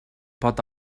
pot